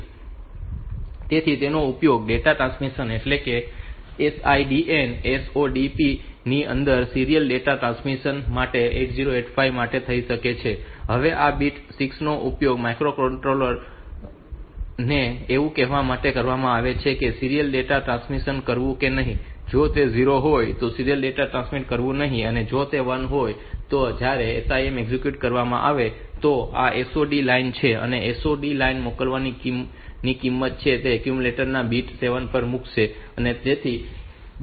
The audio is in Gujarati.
તેથી તેનો ઉપયોગ ડેટા ટ્રાન્સમિશન એટલે કે SIDN SODP ની અંદર સીરીયલ ડેટા ટ્રાન્સમિશન માટે 8085 માટે પણ થઈ શકે છે હવે આ બીટ 6 નો ઉપયોગ માઇક્રોપ્રોસેસર ને એવું કહેવા માટે કરવામાં આવશે કે સીરીયલ ડેટા ટ્રાન્સમિશન કરવું કે નહીં અને જો તે 0 હોય તો સીરીયલ ડેટા ટ્રાન્સફર કરવું નહીં અને જો તે 1 હોય તો જ્યારે SIM એક્ઝિક્યુટ કરવામાં આવે તો આ SOD લાઇન છે તે SOD પર મોકલવાની કિંમત છે તે એક્યુમ્યુલેટર ના બીટ 7 પર મૂકવી પડશે